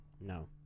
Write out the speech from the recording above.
No